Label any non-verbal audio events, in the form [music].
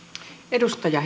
edustaja [unintelligible]